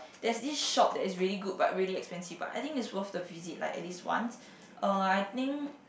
there's this shop that is really good but really expensive but I think is worth the visit like at least once uh I think